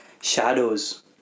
shadows